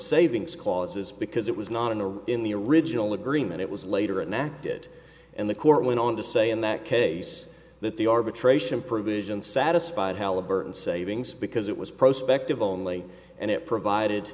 savings clauses because it was not in the in the original agreement it was later and that did and the court went on to say in that case that the arbitration provision satisfied halliburton savings because it was prospect of only and it provided